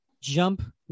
jump